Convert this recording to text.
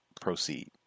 Proceed